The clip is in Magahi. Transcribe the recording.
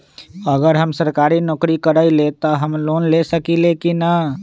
अगर हम सरकारी नौकरी करईले त हम लोन ले सकेली की न?